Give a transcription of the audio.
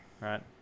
right